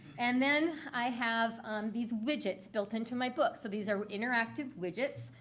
and then i have these widgets built into my book. so these are interactive widgets.